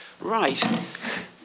Right